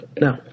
No